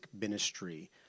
ministry